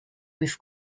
with